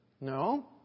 No